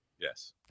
Yes